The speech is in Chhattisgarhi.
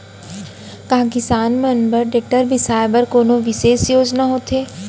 का किसान मन बर ट्रैक्टर बिसाय बर कोनो बिशेष योजना हवे?